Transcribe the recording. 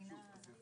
הישיבה ננעלה